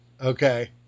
Okay